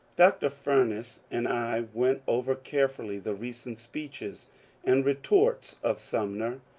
dr. fumess and i went over carefully the recent speeches and retorts of sumner,